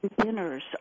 dinners